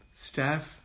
staff